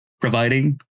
providing